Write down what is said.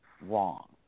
wrong